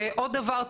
עוד דבר,